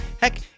heck